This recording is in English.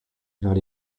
not